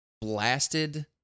blasted